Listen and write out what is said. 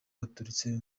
baturutse